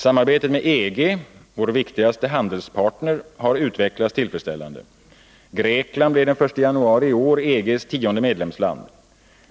Samarbetet med EG, vår viktigaste handelspartner, har utvecklats tillfredsställande. Grekland blev den 1 januari iår EG:s tionde medlemsland.